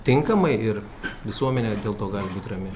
tinkamai ir visuomenė dėl to gali būt rami